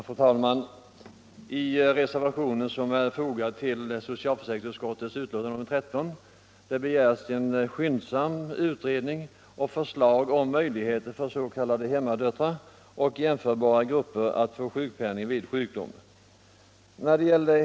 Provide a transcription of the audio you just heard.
Fru talman! I den reservation som är fogad vid socialförsäkringsut = sion, m.m. skottets betänkande nr 13 begärs skyndsam utredning och förslag om möjligheter för s.k. hemmadöttrar och jämförbara grupper att få sjukpenning vid sjukdom.